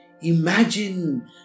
Imagine